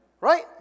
Right